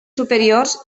superiors